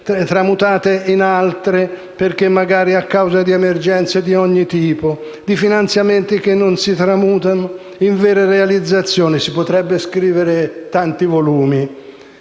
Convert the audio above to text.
dirottate su altre scelte magari a causa di emergenze di ogni tipo, di finanziamenti che non si tramutano in vere realizzazioni, si potrebbero scrivere tanti volumi.